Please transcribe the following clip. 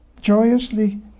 joyously